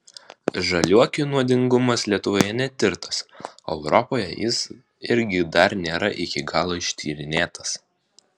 žaliuokių nuodingumas lietuvoje netirtas o europoje jis irgi dar nėra iki galo ištyrinėtas